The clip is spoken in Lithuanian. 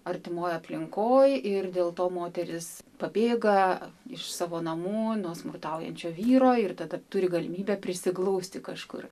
artimoj aplinkoj ir dėl to moterys pabėga iš savo namų nuo smurtaujančio vyro ir tada turi galimybę prisiglausti kažkur